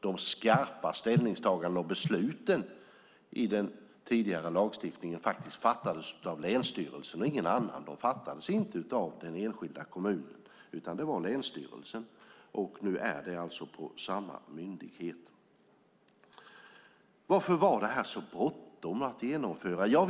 De skarpa ställningstagandena och besluten fattades under den tidigare lagstiftningen faktiskt av länsstyrelsen och ingen annan - inte av den enskilda kommunen - och nu är det alltså inom samma myndighet. Varför var det så bråttom att genomföra detta?